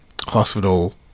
Hospital